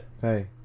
Hey